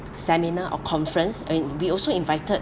seminar or conference and we also invited